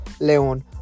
Leon